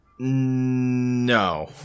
No